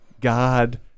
God